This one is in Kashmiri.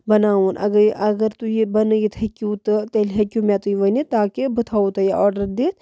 بَناوُن اَگر یہِ اَگر تُہۍ یہِ بَنٲیِتھ ہیٚکیوٗ تہٕ تیٚلہِ ہیٚکیوٗ مےٚ تُہۍ ؤنِتھ تاکہِ بہٕ تھاوو تۄہہِ یہِ آرڈَر دِتھ